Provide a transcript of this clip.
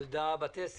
ילדה בת 10